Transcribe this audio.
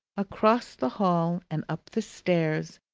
across the hall, and up the stairs,